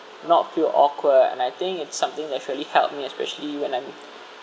not feel awkward and I think it's something that actually helped me especially when I'm